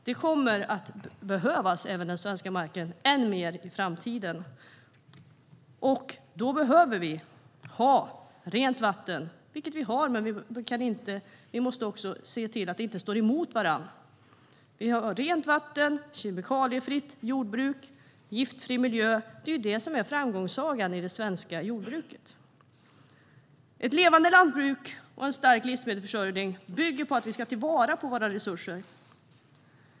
Den svenska marken kommer att behövas än mer i framtiden, och då behöver vi ha rent vatten, kemikaliefritt jordbruk och giftfri miljö. Det är ju framgångssagan i det svenska jordbruket. Ett levande lantbruk och en stark livsmedelsförsörjning bygger på att vi ska ta vara på våra resurser.